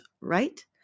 right